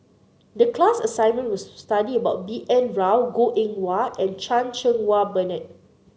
the class assignment was to study about B N Rao Goh Eng Wah and Chan Cheng Wah Bernard